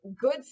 good